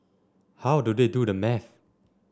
how do they do the maths